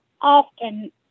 often